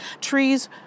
trees